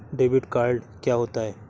Debit card क्या होता है?